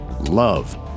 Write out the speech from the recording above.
love